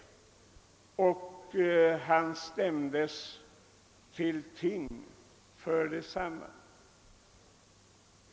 Den gamle Graningebon stämdes därefter till tinget för olovligt fiske.